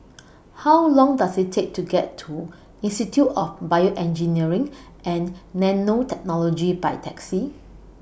How Long Does IT Take to get to Institute of Bioengineering and Nanotechnology By Taxi